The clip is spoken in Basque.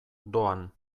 doan